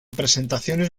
presentaciones